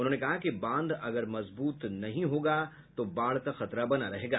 उन्होंने कहा कि बांध अगर मजबूत नहीं होगा तो बाढ़ का खतरा बना रहेगा